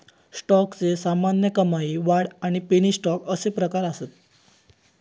स्टॉकचे सामान्य, कमाई, वाढ आणि पेनी स्टॉक अशे प्रकार असत